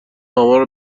آمار